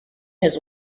his